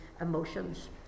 emotions